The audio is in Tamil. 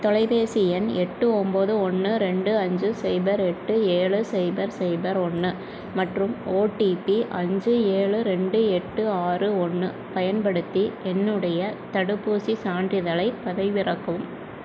தொலைபேசி எண் எட்டு ஒம்பது ஒன்று ரெண்டு அஞ்சு சைபர் எட்டு ஏழு சைபர் சைபர் ஒன்று மற்றும் ஓடிபி அஞ்சு ஏழு ரெண்டு எட்டு ஆறு ஒன்று பயன்படுத்தி என்னுடைய தடுப்பூசி சான்றிதழைப் பதிவிறக்கவும்